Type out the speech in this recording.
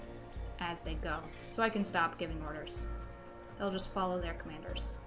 as they go so i can stop giving orders they'll just follow their commanders